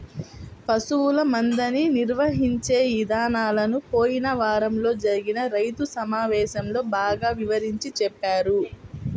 పశువుల మందని నిర్వహించే ఇదానాలను పోయిన వారంలో జరిగిన రైతు సమావేశంలో బాగా వివరించి చెప్పారు